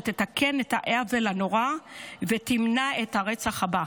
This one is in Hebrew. שתתקן את העוול הנורא ותמנע את הרצח הבא.